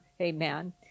amen